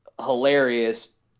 hilarious